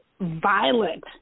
violent